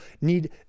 need